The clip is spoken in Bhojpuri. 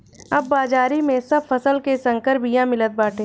अब बाजारी में सब फसल के संकर बिया मिलत बाटे